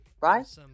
right